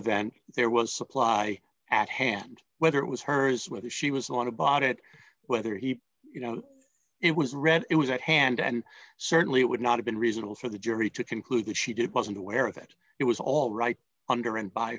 event there was supply at hand whether it was hers whether she was a want to bought it whether he you know it was red it was at hand and certainly it would not have been reasonable for the jury to conclude that she did wasn't aware of it it was all right under and b